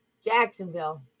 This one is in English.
Jacksonville